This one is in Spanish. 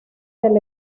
del